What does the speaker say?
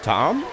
Tom